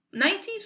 90s